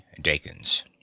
Dakins